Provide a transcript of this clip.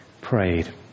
prayed